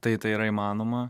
tai tai yra įmanoma